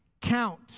count